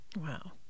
Wow